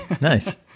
Nice